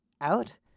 out